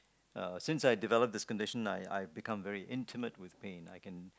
uh since I developed this condition I I've become intimate with pain I can